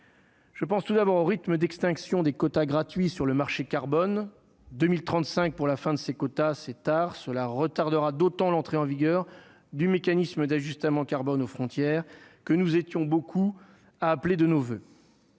Je pense tout d'abord, au rythme d'extinction des quotas gratuits sur le marché carbone 2035 pour la fin de ces quotas, c'est tard cela retardera d'autant l'entrée en vigueur du mécanisme d'ajustement carbone aux frontières que nous étions beaucoup à appeler de nos voeux.